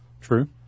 True